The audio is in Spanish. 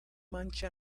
mancha